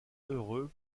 heureux